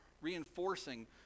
reinforcing